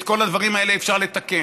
את כל הדברים האלה אפשר לתקן.